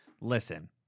listen